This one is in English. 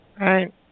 Right